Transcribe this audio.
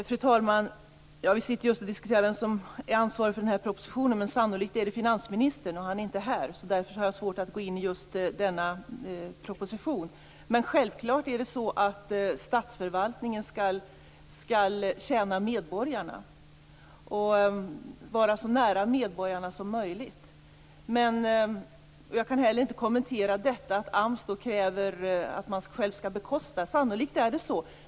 Fru talman! Vi sitter just och diskuterar vem som är ansvarig för den här propositionen. Sannolikt är det finansministern, och han är inte här. Därför har jag svårt att gå in i just denna proposition. Självklart är det dock så att statsförvaltningen skall tjäna medborgarna och vara så nära dem som möjligt. Jag kan heller inte kommentera att AMS kräver att man själv skall bekosta detta. Sannolikt är det så.